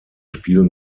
spiel